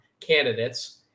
candidates